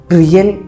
real